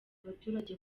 abaturage